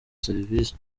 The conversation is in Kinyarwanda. serivisi